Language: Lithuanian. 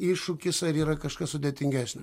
iššūkis ar yra kažkas sudėtingesnio